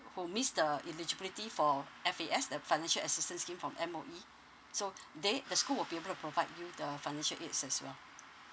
who missed the eligibility for F_A_S the financial assistance scheme from M_O_E so they the school will be able to provide you the financial aids as well